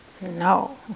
no